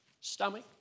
stomach